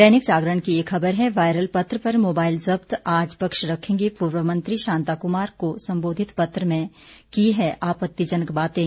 दैनिक जागरण की एक ख़बर है वायरल पत्र पर मोबाइल जब्त आज पक्ष रखेंगे पूर्व मंत्री शांता कुमार को संबोधित पत्र में की है आपतिजनक बातें